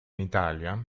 italia